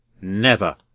Never